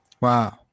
Wow